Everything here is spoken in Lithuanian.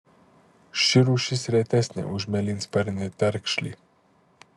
ši rūšis retesnė už mėlynsparnį tarkšlį